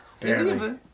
Barely